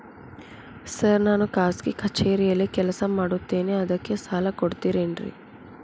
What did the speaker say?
Sir ನಾನು ಖಾಸಗಿ ಕಚೇರಿಯಲ್ಲಿ ಕೆಲಸ ಮಾಡುತ್ತೇನೆ ಅದಕ್ಕೆ ಸಾಲ ಕೊಡ್ತೇರೇನ್ರಿ?